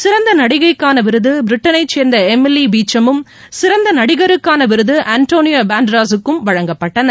சிறந்த நடிகைக்கான விருது பிரிட்டனை சேர்ந்த எமிலி பீச்சமும் சிறந்த நடிகருக்கான விருது அன்டோனியோ பண்டேராஸ் க்கும் வழங்கப்பட்டன